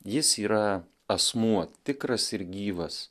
jis yra asmuo tikras ir gyvas